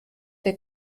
der